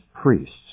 priests